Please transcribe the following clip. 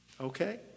Okay